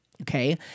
Okay